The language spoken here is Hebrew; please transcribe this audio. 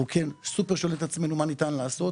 אנחנו שואלים את עצמנו מה ניתן לעשות,